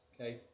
Okay